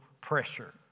pressure